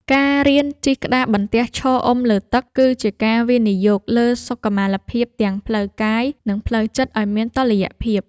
ការរៀនជិះក្តារបន្ទះឈរអុំលើទឹក គឺជាការវិនិយោគលើសុខុមាលភាពទាំងផ្លូវកាយ និងផ្លូវចិត្តឱ្យមានតុល្យភាព។